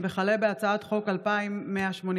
וכלה בהצעת חוק פ/2186/24,